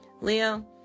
Leo